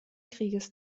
krieges